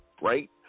right